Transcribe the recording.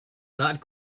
not